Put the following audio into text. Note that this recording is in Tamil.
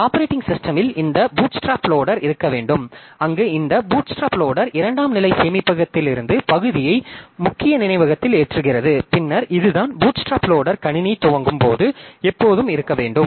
ஆப்பரேட்டிங் சிஸ்டமில் இந்த பூட்ஸ்ட்ராப் லோடர் இருக்க வேண்டும் அங்கு இந்த பூட்ஸ்ட்ராப் லோடர் இரண்டாம் நிலை சேமிப்பகத்திலிருந்து பகுதியை முக்கிய நினைவகத்தில் ஏற்றுகிறது பின்னர் இதுதான் பூட்ஸ்ட்ராப் லோடர் கணினி துவங்கும் போது எப்போதும் இருக்க வேண்டும்